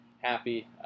Happy